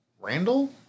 Randall